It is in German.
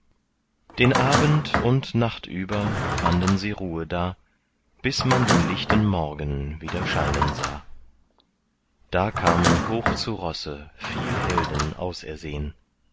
den abend und nachtüber fanden sie ruhe da bis man den lichten morgen wieder scheinen sah da kamen hoch zu rosse viel helden